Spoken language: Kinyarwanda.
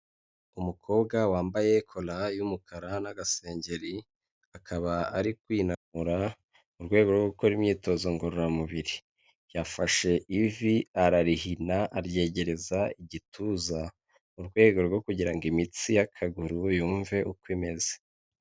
Umukobwa wambaye kora y'umukara n'agasengeri, akaba ari kwinanura mu rwego rwo gukora imyitozo ngororamubiri, yafashe ivi ararihina aryegereza igituza mu rwego rwo kugira ngo imitsi y'akaguru yumve uko imeze.